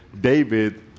David